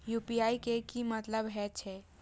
UPI के की मतलब हे छे?